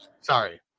Sorry